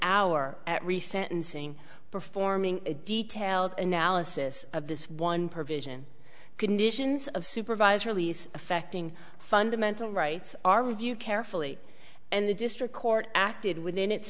re sentencing performing a detailed analysis of this one provision conditions of supervise release affecting fundamental rights our view carefully and the district court acted within its